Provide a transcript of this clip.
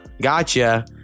gotcha